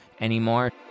anymore